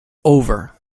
over